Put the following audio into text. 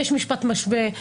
יש משפט משווה,